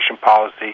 policy